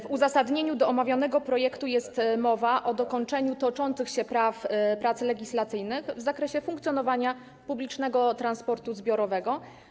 W uzasadnieniu do omawianego projektu jest mowa o dokończeniu toczących się prac legislacyjnych w zakresie funkcjonowania publicznego transportu zbiorowego.